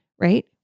right